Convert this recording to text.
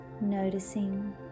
noticing